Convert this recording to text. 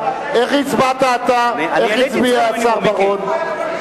איך הצביע השר בר-און?